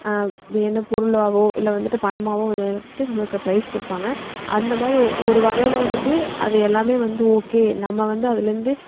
என்ன பொருளாகவோ இல்லை வந்துட்டு பணமாகவோ வந்துட்டு நம்மளுக்கு பிரைஸ் கொடுப்பாங்க அந்த மாதிரி ஒரு வகையில் வந்துட்டு அது எல்லாமே வந்து ஓகே நம்ம வந்து அதுலேருந்து